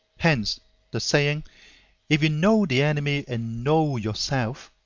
hence the saying if you know the enemy and know yourself,